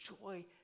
joy